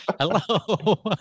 Hello